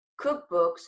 cookbooks